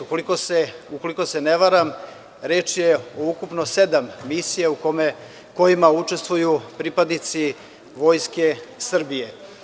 Ukoliko se ne varam, reč je o ukupno sedam misija u kojima učestvuju pripadnici Vojske Srbije.